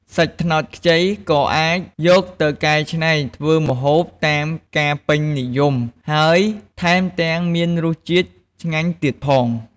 សាច់ត្នោតខ្ចី ក៏អាចយកទៅកែច្នៃធ្វើម្ហូបតាមការពេញនិយម ហើយថែមទាំងមានរសជាតិឆ្ងាញ់ទៀតផង។